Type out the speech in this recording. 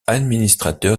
administrateur